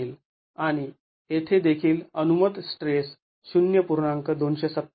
आणि येथे देखील अनुमत स्ट्रेस ०